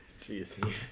Jeez